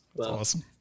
awesome